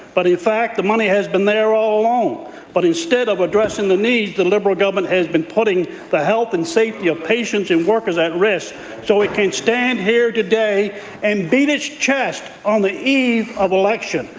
but in fact the money has been there all along. but instead of addressing the needs, the liberal government has been putting the health and safety of patients and workers at risk so it can stand here today and beat its chest on the eve of election.